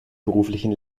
beruflichen